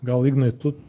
gal ignai tu